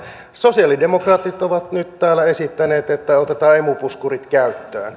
sosialidemokraatit ovat nyt täällä esittäneet että otetaan emu puskurit käyttöön